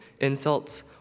insults